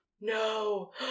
No